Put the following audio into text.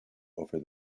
over